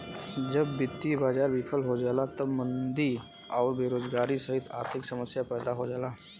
जब वित्तीय बाजार विफल हो जाला तब मंदी आउर बेरोजगारी सहित आर्थिक समस्या पैदा हो जाला